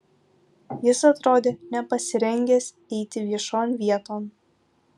jis atrodė nepasirengęs eiti viešon vieton